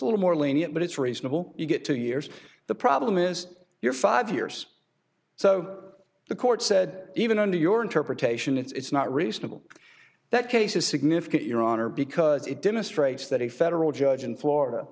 a little more lenient but it's reasonable you get two years the problem is your five years so the court said even under your interpretation it's not reasonable that case is significant your honor because it demonstrates that a federal judge in florida